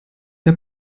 der